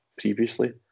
previously